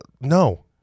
no